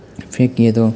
ફેંકીએ તો